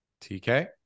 tk